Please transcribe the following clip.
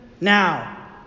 now